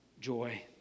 joy